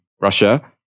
Russia